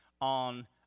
on